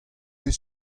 ket